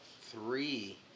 three